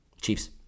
Chiefs